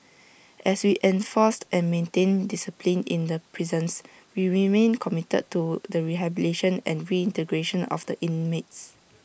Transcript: as we enforced and maintained discipline in the prisons we remain committed to the rehabilitation and reintegration of the inmates